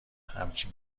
همچین